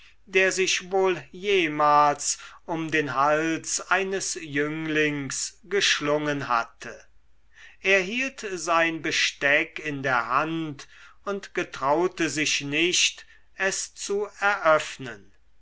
der sich wohl jemals um den hals eines jünglings geschlungen hatte er hielt sein besteck in der hand und getraute sich nicht es zu eröffnen